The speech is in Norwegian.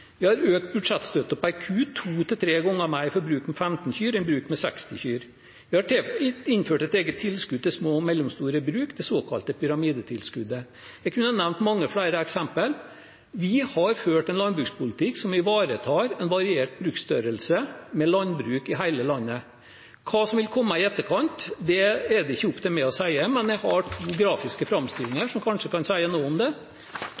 vi har økt budsjettstøtten per ku to til tre ganger mer for bruk med 15 kyr enn for bruk med 60 kyr. Vi har innført et eget tilskudd til små og mellomstore bruk, det såkalte pyramidetilskuddet – jeg kunne ha nevnt mange flere eksempler. Vi har ført en landbrukspolitikk som ivaretar en variert bruksstørrelse med landbruk i hele landet. Hva som vil komme i etterkant, er ikke opp til meg å si, men jeg har to grafiske framstillinger som kanskje kan si noe om det.